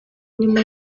nyuma